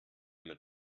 mit